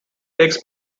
takes